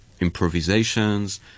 improvisations